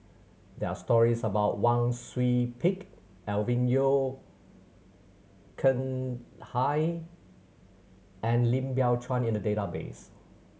there are stories about Wang Sui Pick Alvin Yeo Khirn Hai and Lim Biow Chuan in the database